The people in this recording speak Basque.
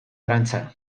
arantza